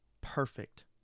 perfect